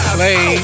Play